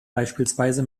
beispielsweise